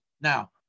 Now